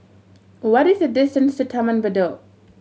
what is the distance to Taman Bedok